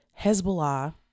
Hezbollah